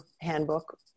handbook